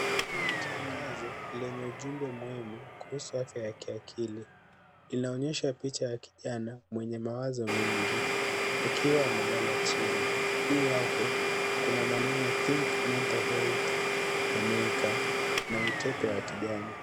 Tangazo lenye ujumbe muhimu kuhusu afya ya kiakili inaonyesha picha ya kijana mwenye mawazo mengi akiwa amelala chini . Juu yake, kuna maneno think mental health Jamaica na utepe wa kijani .